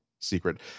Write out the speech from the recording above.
secret